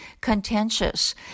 contentious